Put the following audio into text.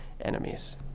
enemies